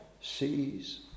sees